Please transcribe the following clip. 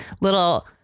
little